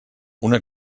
una